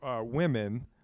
women